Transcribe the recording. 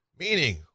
meaning